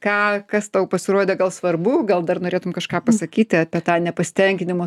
ką kas tau pasirodė gal svarbu gal dar norėtum kažką pasakyti apie tą nepasitenkinimo